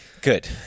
Good